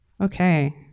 Okay